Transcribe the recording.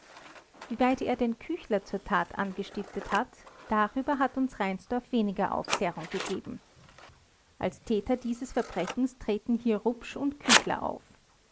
wieweit er den küchler zu der tat angestiftet hat darüber hat uns reinsdorf weniger aufklärung gegeben als täter dieses verbrechens treten hier rupsch und küchler auf